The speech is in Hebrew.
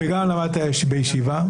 וגם למדת בישיבה.